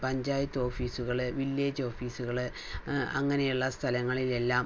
പഞ്ചായത്ത് ഓഫീസുകള് വില്ലേജ് ഓഫീസുകള് അങ്ങനെയുള്ള സ്ഥലങ്ങളിലെല്ലാം